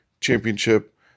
championship